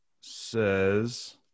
says